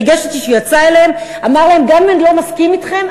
ריגש אותי שהוא יצא אליהם ואמר להם: גם אם אני לא מסכים אתכם,